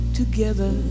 together